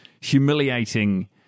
humiliating